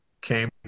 came